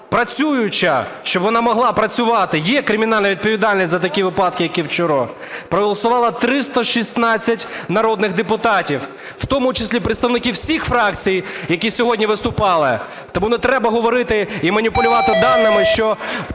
працююча, щоб вона могла працювати, є кримінальна відповідальність за такі випадки, як вчора, проголосувало 316 народних депутатів, в тому числі представники всіх фракцій, які сьогодні виступали. Тому не треба говорити і маніпулювати даними, що